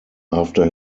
after